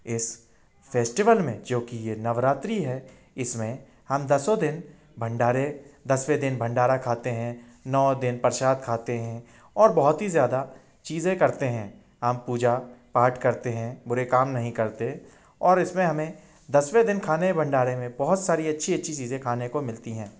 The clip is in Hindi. इस फ़ेस्टिवल में जो कि ये नवरात्रि है इसमें दसों दिन भंडारे दसवें दिन भंडारा खाते हैं नौ दिन प्रसाद खाते हैं और बहुत ही ज़्यादा चीज़े करते हैं हम पूजा पाठ करते हैं बुरे काम नहीं करते और इसमें हमें दसवें दिन खाने में भंडारे में बहुत सारी अच्छी अच्छी चीज़े खाने को मिलती हैं